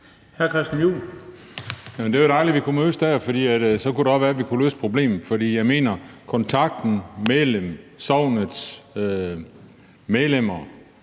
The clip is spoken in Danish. Det var dejligt, at vi kunne mødes der, for så kunne det også være, at vi kunne løse problemet, for jeg mener, at kontakten til sognets medlemmer